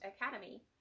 Academy